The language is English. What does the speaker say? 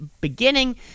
beginning